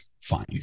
fine